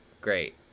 Great